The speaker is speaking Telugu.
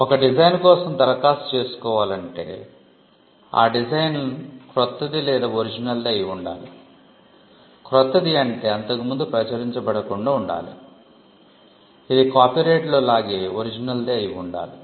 ఒక డిజైన్ది అయి ఉండాలి